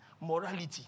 morality